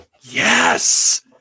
yes